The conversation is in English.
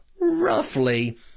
roughly